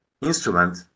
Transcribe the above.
instrument